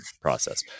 process